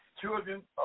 children